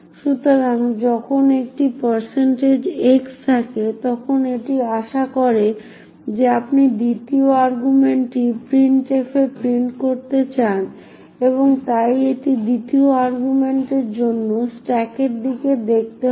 সুতরাং যখন একটি x থাকে তখন এটি আশা করে যে আপনি দ্বিতীয় আর্গুমেন্টটি printf এ প্রিন্ট করতে চান এবং তাই এটি দ্বিতীয় আর্গুমেন্টের জন্য স্ট্যাকের দিকে দেখতে হবে